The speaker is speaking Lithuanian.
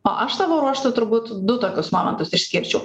o aš savo ruožtu turbūt du tokius momentus išskirčiau